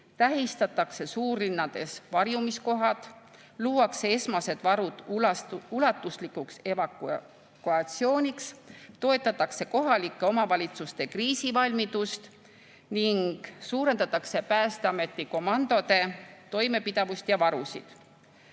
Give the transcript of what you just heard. tähistatakse suurlinnades varjumiskohad, luuakse esmased varud ulatuslikuks evakuatsiooniks, toetatakse kohalike omavalitsuste kriisivalmidust ning suurendatakse Päästeameti komandode toimepidevust ja varusid.